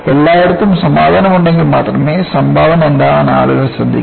എല്ലായിടത്തും സമാധാനമുണ്ടെങ്കിൽ മാത്രമേ സംഭാവന എന്താണെന്ന് ആളുകൾ ശ്രദ്ധിക്കു